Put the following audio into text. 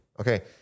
Okay